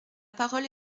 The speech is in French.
parole